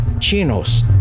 Chinos